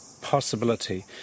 possibility